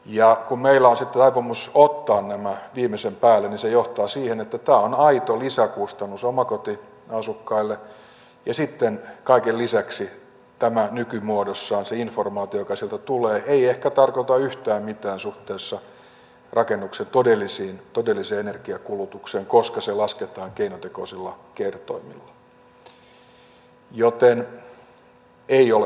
ja kun meillä on taipumus ottaa nämä viimeisen päälle niin se johtaa siihen että tämä on aito lisäkustannus omakotiasukkaille ja sitten kaiken lisäksi tämä nykymuodossaan se informaatio joka sieltä tulee ei ehkä tarkoita yhtään mitään suhteessa rakennuksen todelliseen energiankulutukseen koska se lasketaan keinotekoisilla kertoimilla joten se ei ole hyvä